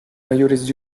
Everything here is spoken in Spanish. mayores